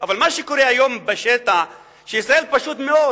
אבל מה שקורה היום בשטח, ישראל פשוט מאוד